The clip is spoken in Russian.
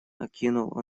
окинул